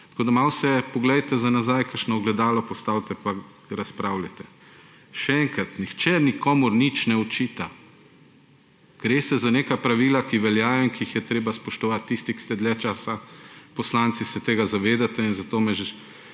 Tako da malo si poglejte za nazaj, kakšno ogledalo postavite, pa razpravljajte. Še enkrat, nihče nikomur nič ne očita. Gre se za neka pravila, ki veljajo in ki jih je treba spoštovati. Tisti, ki ste dlje časa poslanci, se tega zavedate, zato me